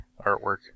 artwork